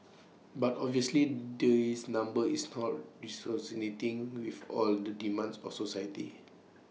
but obviously this number is not resonating with all the demands of society